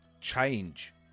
change